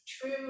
true